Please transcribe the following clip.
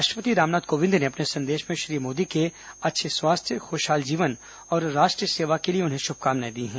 राष्ट्रपति रामनाथ कोविंद ने अपने संदेश में श्री मोदी के अच्छे स्वास्थ्य खुशहाल जीवन और राष्ट्र सेवा के लिए उन्हें शुभकामनाएं दी हैं